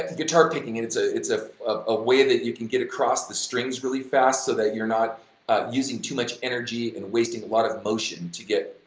guitar picking, and it's ah it's ah a way that you can get across the strings really fast, so that you're not using too much energy and wasting a lot of motion to get,